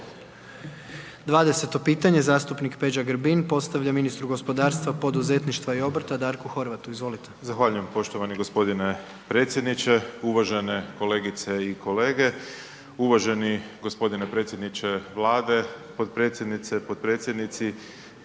20 pitanje zastupnik Peđa Grbin postavlja ministru gospodarstva, poduzetništva i obrta Darku Horvatu, izvolite. **Grbin, Peđa (SDP)** Zahvaljujem poštovani gospodine predsjedniče, uvažene kolegice i kolege, uvaženi gospodine predsjedniče Vlade, potpredsjednice, potpredsjednici,